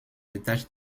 étages